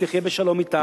שתחיה בשלום אתה,